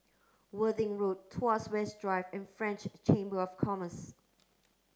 Worthing Road Tuas West Drive and French Chamber of Commerce